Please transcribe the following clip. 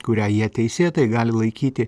kurią jie teisėtai gali laikyti